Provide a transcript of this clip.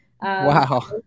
wow